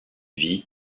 vie